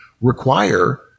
require